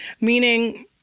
Meaning